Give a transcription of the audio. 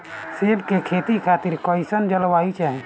सेब के खेती खातिर कइसन जलवायु चाही?